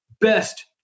best